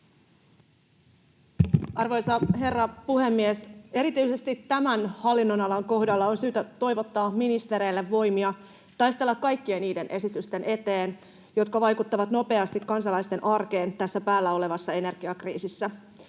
Arvoisa herra puhemies! Erityisesti tämän hallinnonalan kohdalla on syytä toivottaa ministereille voimia taistella kaikkien niiden esitysten eteen, jotka vaikuttavat nopeasti kansalaisten arkeen tässä päällä olevassa energiakriisissä.